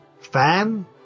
fan